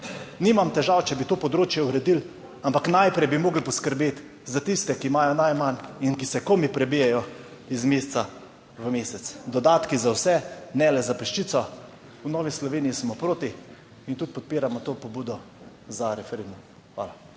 Nimam težav, če bi to področje uredili, ampak najprej bi morali poskrbeti za tiste, ki imajo najmanj in ki se komaj prebijajo iz meseca v mesec. Dodatki za vse, ne le za peščico. V Novi Sloveniji smo proti in tudi podpiramo to pobudo za referendum. Hvala.